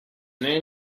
man